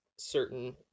certain